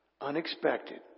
unexpected